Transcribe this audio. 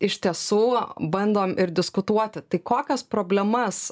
iš tiesų bandom ir diskutuoti tai kokias problemas